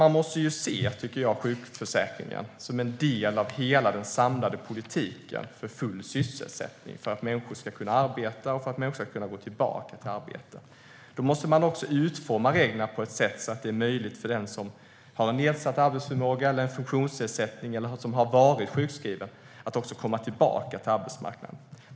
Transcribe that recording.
Jag tycker att man måste se sjukförsäkringen som en del av hela den samlade politiken för full sysselsättning, för att människor ska kunna arbeta och för att människor ska kunna gå tillbaka till arbete. Då måste man också utforma reglerna på ett sätt så att det är möjligt för den som har nedsatt arbetsförmåga, en funktionsnedsättning eller som har varit sjukskriven att också komma tillbaka till arbetsmarknaden.